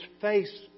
face